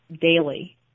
daily